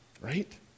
right